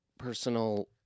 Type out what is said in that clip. personal